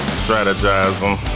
strategizing